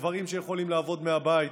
גברים שיכולים לעבוד מהבית,